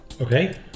Okay